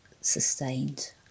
sustained